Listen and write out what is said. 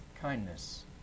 kindness